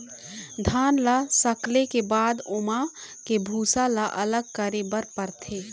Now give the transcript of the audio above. धान ल सकेले के बाद म ओमा के भूसा ल अलग करे बर परथे